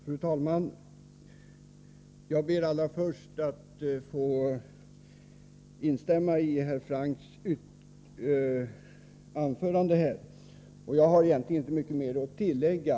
Fru talman! Jag ber allra först att få instämma i herr Francks anförande. Jag har egentligen inte mycket att tillägga.